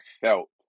felt